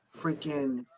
freaking